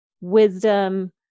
wisdom